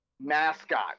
mascot